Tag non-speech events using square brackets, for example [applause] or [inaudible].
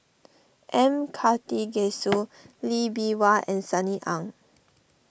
M Karthigesu [noise] Lee Bee Wah and Sunny Ang